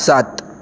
सात